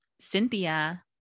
Cynthia